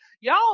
y'all